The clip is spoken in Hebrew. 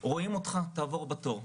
רואים אותך, תעבור בתור.